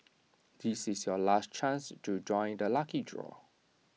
this is your last chance to join the lucky draw